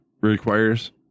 requires